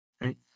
right